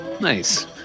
Nice